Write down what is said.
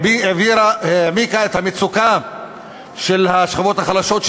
העמיקה את המצוקה של השכבות החלשות,